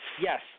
Yes